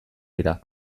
dira